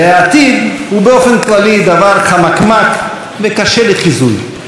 והעתיד הוא באופן כללי דבר חמקמק וקשה לחיזוי.